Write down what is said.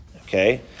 okay